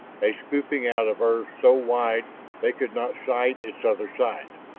a scooping out of earth so wide they could not sight its other side.